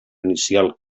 inicial